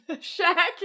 Shack